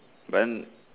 but then